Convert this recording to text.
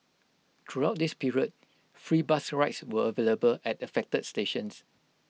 throughout this period free bus rides were available at affected stations